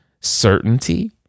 certainty